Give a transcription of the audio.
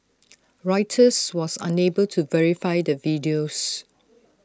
Reuters was unable to verify the videos